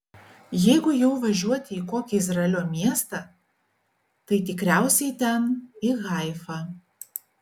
jeigu jau važiuoti į kokį izraelio miestą tai tikriausiai ten į haifą